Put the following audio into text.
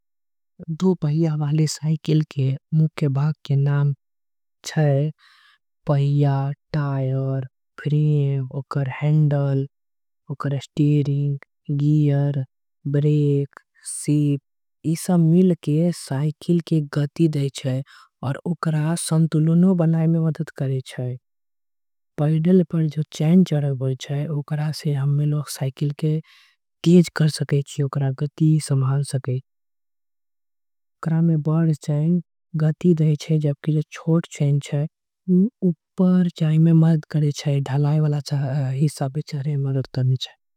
दो पहिया वाले साइकिल के मुख्य भाग के नाम छे। पहिया, टायर, फ्रेम, ओकर स्टेयरिंग, गियर। ब्रेक सीट ई सब मिलके साइकिल के गति देई छे। ओकरा संतुलन बनाए में मदद करे छे पैडल से। साइकिल के तेज करे छे ओकरा में बढ़ चैन छे जो। ओकरा के गति आऊ ढलान में चढ़े में मदद करे छे।